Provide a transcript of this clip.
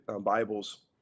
Bibles